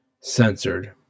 censored